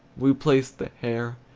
we placed the hair,